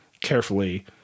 carefully